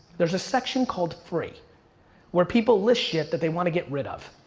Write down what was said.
there's a section called free where people list shit that they wanna get rid of.